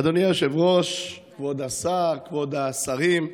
אדוני היושב-ראש, כבוד השר, כבוד השרים,